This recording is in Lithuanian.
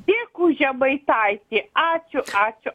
tik už žemaitaitį ačiū ačiū